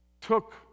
took